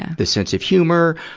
yeah the sense of humor,